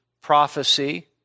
prophecy